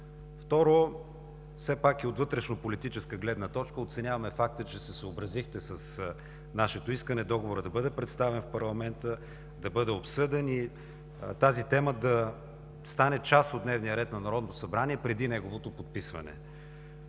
Второ, все пак и от вътрешнополитическа гледна точка оценяваме факта, че се съобразихте с нашето искане – договорът да бъде представен в парламента, да бъде обсъден и тази тема да стане част от дневния ред на Народното събрание, преди неговото подписване.